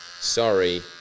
Sorry